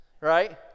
right